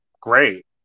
great